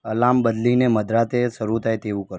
alarm બદલીને મધરાતે શરુ થાય તેવું કરો